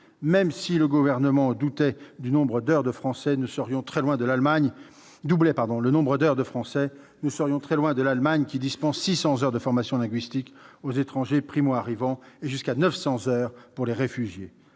Même si le Gouvernement doublait le nombre d'heures de français, nous serions très loin de l'Allemagne, qui dispense 600 heures de formation linguistique aux étrangers primo-arrivants et jusqu'à 900 heures aux réfugiés.